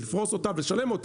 לפרוס אותה ולשלם אותה.